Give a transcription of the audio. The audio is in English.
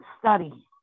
study